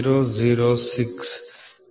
006 ಮತ್ತು ಇದು 39